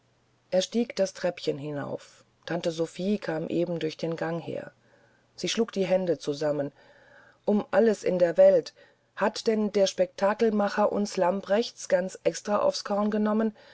er stieg das treppchen herauf tante sophie kam eben auch den gang daher sie schlug die hände zu sammen um alles in der welt hat denn der spektakelmacher uns lamprechts ganz extra aufs korn genommen